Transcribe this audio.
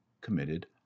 committed